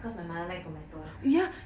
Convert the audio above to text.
because my mother like tomato